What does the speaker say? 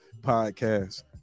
Podcast